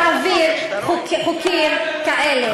להעביר חוקים כאלה.